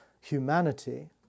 humanity